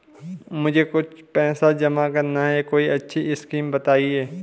मुझे कुछ पैसा जमा करना है कोई अच्छी स्कीम बताइये?